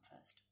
first